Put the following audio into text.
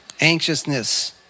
anxiousness